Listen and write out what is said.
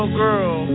girl